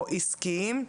או עסקיים,